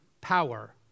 power